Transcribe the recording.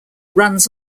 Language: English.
runs